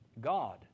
God